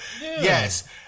Yes